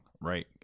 right